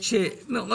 הסכמנו לשש שנים.